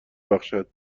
بخشد